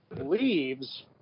leaves